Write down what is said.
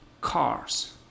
Cars